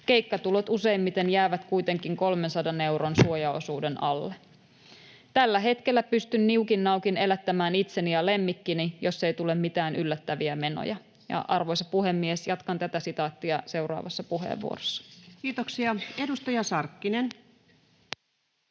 Keikkatulot useimmiten jäävät kuitenkin 300 euron suojaosuuden alle. Tällä hetkellä pystyn niukin naukin elättämään itseni ja lemmikkini, jos ei tule mitään yllättäviä menoja.” Arvoisa puhemies! Jatkan tätä sitaattia seuraavassa puheenvuorossa. [Speech 115] Speaker: